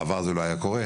בעבר זה לא היה קורה.